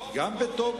גם בתום,